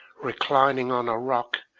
reclining on a rock,